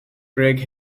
greg